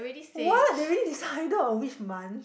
what they already decided on which month